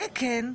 זה כן.